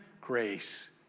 grace